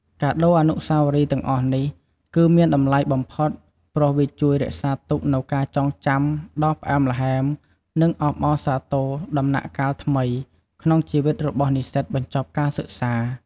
កាដូអនុស្សាវរីយ៍ទាំងអស់នេះ គឺមានតម្លៃបំផុតព្រោះវាជួយរក្សាទុកនូវការចងចាំដ៏ផ្អែមល្ហែម និងអបអរសាទរដំណាក់កាលថ្មីក្នុងជីវិតរបស់និស្សិតបញ្ចប់ការសិក្សា។